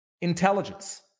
intelligence